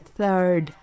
third